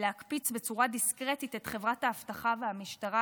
להקפיץ בצורה דיסקרטית את חברת האבטחה והמשטרה,